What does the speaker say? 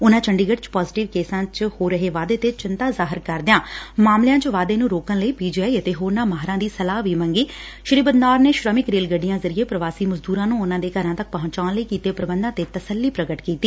ਉਨਾ ਚੰਡੀਗੜ ਚ ਪਾਜ਼ੇਟਿਵ ਕੇਸਾ ਚ ਹੋ ਰਹੇ ਵਾਧੇ ਤੇ ਚਿੰਤਾ ਜ਼ਾਹਿਰ ਕਰਦਿਆ ਮਾਮਲਿਆ ਚ ਵਾਧੇ ਨੂੰ ਰੋਕਣ ਲਈ ਪੀ ਜੀ ਆਈ ਅਤੇ ਹੋਰਨਾਂ ਮਾਹਿਰਾਂ ਦੀ ਸਲਾਹ ਵੀ ਮੰਗੀ ਸ੍ਰੀ ਬਦਨੌਰ ਨੇ ਸ੍ਮਿਕ ਰੇਲ ਗੱਡੀਆਂ ਜ਼ਰੀਏ ਪ੍ਰਵਾਸੀ ਮਜ਼ਦੂਰਾ ਨੂੰ ਉਨੂਾਂ ਦੇ ਘਰਾਂ ਤੱਕ ਪਹੁੰਚਣ ਲਈ ਕੀਤੇ ਪ੍ਰਬੰਧਾਂ ਤੇ ਤਸੱਲੀ ਪ੍ਰਗਟ ਕੀਤੀ